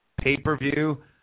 pay-per-view